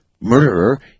murderer